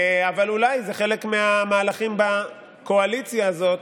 אבל אולי זה חלק מהמהלכים בקואליציה הזאת,